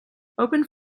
opened